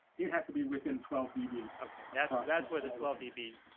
it has to be within twelve db. okay, that's ah that's where the twelve db